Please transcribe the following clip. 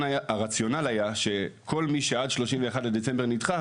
הרציונל היה שכל מי שעד 31 בדצמבר נדחה,